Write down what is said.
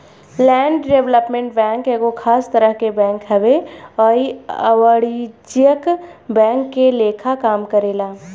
land development bank एगो खास तरह के बैंक हवे आ इ अवाणिज्यिक बैंक के लेखा काम करेला